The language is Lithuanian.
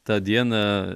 tą dieną